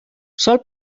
sol